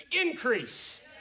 increase